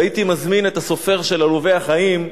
והייתי מזמין את הסופר של "עלובי החיים"